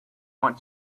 want